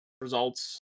results